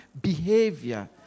behavior